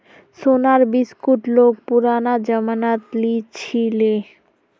सोनार बिस्कुट लोग पुरना जमानात लीछीले